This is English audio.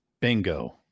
Bingo